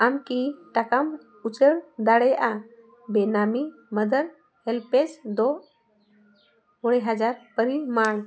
ᱟᱢ ᱠᱤ ᱴᱟᱠᱟᱢ ᱩᱪᱟᱹᱲ ᱫᱟᱲᱮᱭᱟᱜᱼᱟ ᱵᱮᱱᱟᱢᱤ ᱢᱟᱫᱟᱨ ᱦᱮᱞᱯᱮᱥ ᱫᱚ ᱠᱩᱲᱤ ᱦᱟᱡᱟᱨ ᱯᱚᱨᱤᱢᱟᱱ